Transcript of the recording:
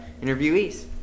interviewees